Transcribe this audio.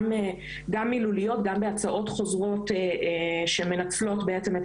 גם מילוליות וגם בהצעות חוזרות שמנצלות בעצם את